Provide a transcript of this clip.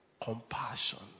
compassion